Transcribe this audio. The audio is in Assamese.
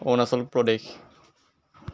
অৰুণাচল প্ৰদেশ